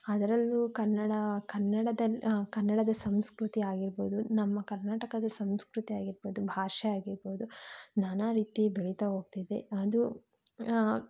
ಅದರಲ್ಲೂ ಕನ್ನಡ ಕನ್ನಡದ ಕನ್ನಡದ ಸಂಸ್ಕೃತಿ ಆಗಿರ್ಬೋದು ನಮ್ಮ ಕರ್ನಾಟಕದ ಸಂಸ್ಕೃತಿ ಆಗಿರ್ಬೋದು ಭಾಷೆ ಆಗಿರ್ಬೋದು ನಾನಾ ರೀತಿ ಬೆಳಿತಾ ಹೋಗ್ತಿದೆ ಆದ್ರೂ